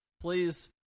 Please